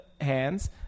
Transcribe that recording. hands